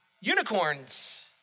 unicorns